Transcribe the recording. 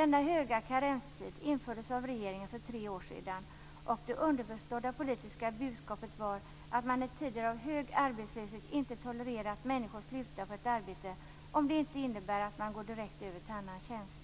Denna långa karenstid infördes av regeringen för tre år sedan, och det underförstådda politiska budskapet var att man i tider av hög arbetslöshet inte tolererar att människor slutar på ett arbete om det inte innebär att de går direkt över till en annan tjänst.